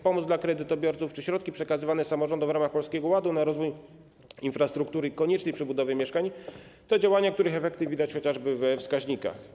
Pomoc dla kredytobiorców czy środki przekazywane samorządom w ramach Polskiego Ładu na rozwój infrastruktury i konieczną przebudowę mieszkań to działania, których efekty widać chociażby we wskaźnikach.